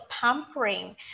pampering